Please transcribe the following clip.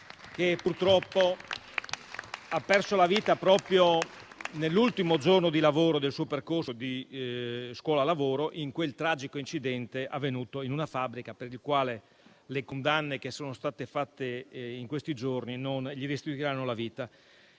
che purtroppo ha perso la vita proprio nell'ultimo giorno di lavoro del suo percorso di scuola lavoro, in un tragico incidente avvenuto in una fabbrica, per il quale le condanne che sono state fatte in questi giorni non gli restituiranno la vita.